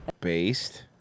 Based